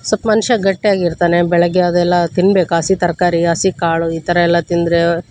ಸ್ವಲ್ಪ ಮನುಷ್ಯ ಗಟ್ಟಿಯಾಗಿರ್ತಾನೆ ಬೆಳಗ್ಗೆ ಅದೆಲ್ಲ ತಿನ್ಬೇಕು ಹಸಿ ತರಕಾರಿ ಹಸಿ ಕಾಳು ಈ ಥರ ಎಲ್ಲ ತಿಂದರೆ